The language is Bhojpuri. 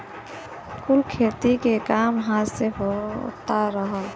कुल खेती के काम हाथ से होत रहल